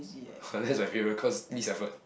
that's my favorite cause least effort